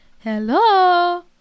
Hello